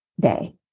day